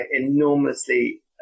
enormously